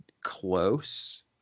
close